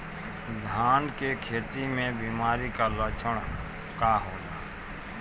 धान के खेती में बिमारी का लक्षण का होला?